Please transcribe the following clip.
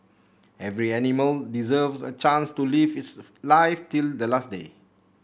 every animal deserves a chance to lives its life till the last day